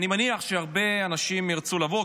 אני מניח שהרבה אנשים ירצו לבוא,